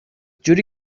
جوری